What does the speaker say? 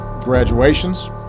graduations